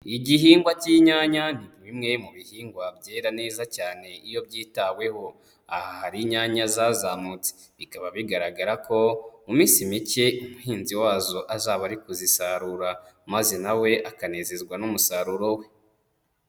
Igihingwa cy'inyanya ni bimwe mu bihingwa byera neza cyane iyo byitaweho, aha hari inyanya zazamutse, bikaba bigaragara ko mu minsi mike umuhinzi wazo azaba ari kuzisarura maze nawe akanezezwa n'umusaruro we.